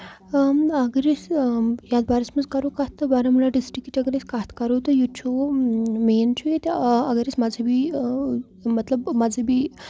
اَگر أسۍ یَتھ بارَس منٛز کرو کَتھ تہٕ بارہمولہ ڈِسٹرکٹٕچ اَگر أسۍ کَتھ کرو ییٚتہِ چھُ مین چھُ ییٚتہِ اَگر أسۍ مَزہبی مطلب مَزہبی